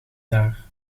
daar